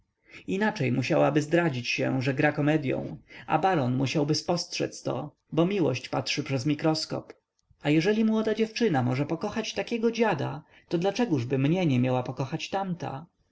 inaczej musiałaby zdradzić się że gra komedyą a baron musiałby spostrzedz to bo miłość patrzy przez mikroskop a jeżeli młoda dziewczyna może pokochać takiego dziada to dlaczegożby mnie nie miała pokochać tamta